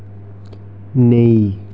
नेईं